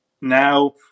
now